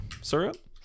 syrup